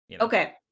okay